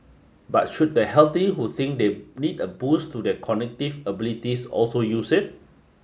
but should the healthy who think they need a boost to their cognitive abilities also use it